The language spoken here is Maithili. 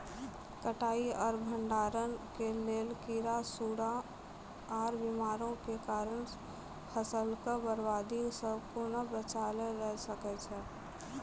कटाई आर भंडारण के लेल कीड़ा, सूड़ा आर बीमारियों के कारण फसलक बर्बादी सॅ कूना बचेल जाय सकै ये?